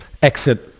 Exit